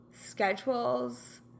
schedules